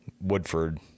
Woodford